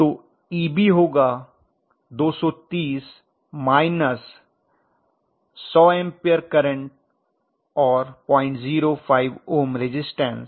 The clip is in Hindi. तो Eb होगा 230 माइनस 100 एंपियर करंट और 005 ओम रजिस्टेंस